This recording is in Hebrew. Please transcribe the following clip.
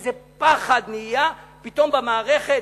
איזה פחד נהיה פתאום במערכת,